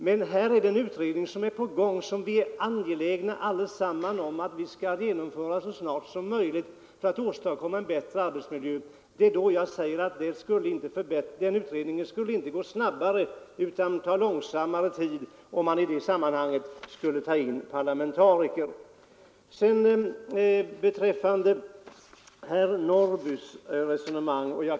Men här är en utredning på gång som vi alla är angelägna om att genomföra så snart som möjligt för att man skall kunna åstadkomma en bättre arbetsmiljö, och jag påstår att den utredningen inte skulle gå snabbare, utan i stället ta längre tid, om vi skulle låta även parlamentariker delta i arbetet.